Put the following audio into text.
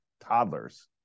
toddlers